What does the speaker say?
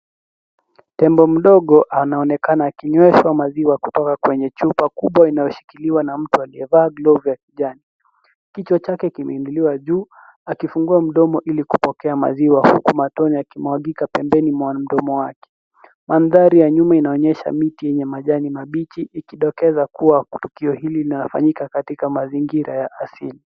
Tembo mdogo anaonekana akinyweshwa maziwa kutoka kwenye chupa kubwa inayoshikiliwa na mtu aliyevaa glovu ya kijani kichwa chake kimeinuliwa juu akifungua mdomo ilikupokea maziwa huku matone yakimwagika pembeni mwa mdomo wake mandhari ya nyuma inaonyesha miti yenye majani mabichi ikidokeza kua tukio hili linafanyika katika mazingira ya asili.